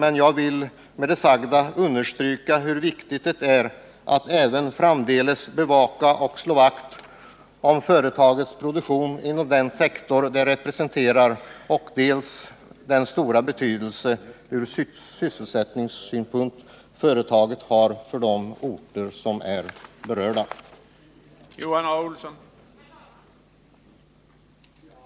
Men jag vill med det sagda understryka hur viktigt det är att även framdeles bevaka och slå vakt om företagets produktion inom den sektor det representerar, inte minst med tanke på den stora betydelse ur sysselsättningssynpunkt som företaget har för de orter till vilka dess verksamhet är förlagd.